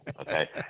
Okay